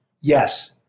Yes